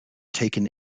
taken